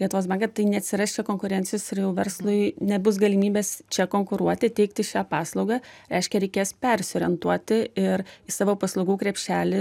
lietuvos banką tai neatsiras čia konkurencijos ir jau verslui nebus galimybės čia konkuruoti teikti šią paslaugą reiškia reikės persiorientuoti ir į savo paslaugų krepšelį